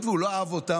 היות שהוא לא אהב אותם,